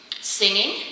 singing